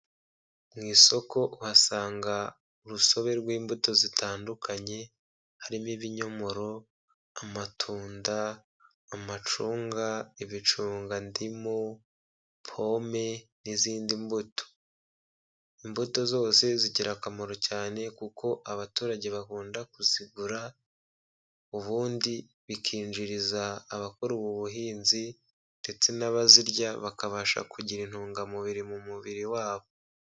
Mu isoko uhasanga urusobe rw'imbuto zitandukanye, harimo ibinyomoro, amatunda, amacunga, ibicugandimu, pome n'izindi mbuto. Imbuto zose zigira akamaro cyane kuko abaturage bakunda kuzigura, ubundi bikinjiriza abakora ubu buhinzi ndetse n'abazirya bakabasha kugira intungamubiri mu mubiri wabo.